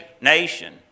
nation